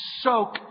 soak